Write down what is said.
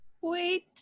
Wait